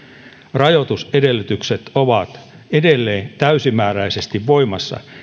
rajoitusedellytykset ovat edelleen täysimääräisesti voimassa